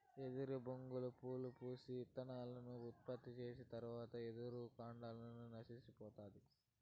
ఎదురు బొంగులు పూలు పూసి, ఇత్తనాలను ఉత్పత్తి చేసిన తరవాత ఎదురు కాండం సనిపోతాది